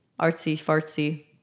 artsy-fartsy